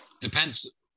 Depends